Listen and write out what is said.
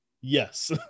Yes